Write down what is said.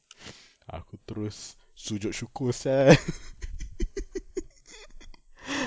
aku terus sujud syukur sia